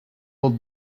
old